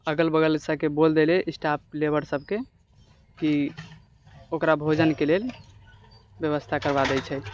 अगल बगल सबके बोल देलए स्टाफ लेबर सबके की ओकरा भोजनके लेल व्यवस्था करवा दए छै